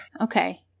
Okay